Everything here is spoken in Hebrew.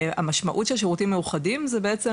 המשמעות של שירותים מאוחדים זה בעצם